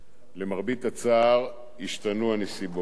למרבה הצער, השתנו הנסיבות.